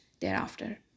thereafter